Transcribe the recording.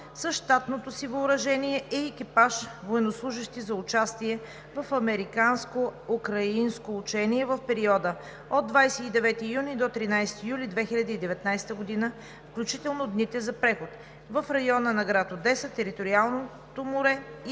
с щатното си въоръжение и екипаж военнослужещи за участие в американско-украинско учение в периода от 29 юни до 13 юли 2019 г., включително дните за преход, в района на град Одеса, териториалното море и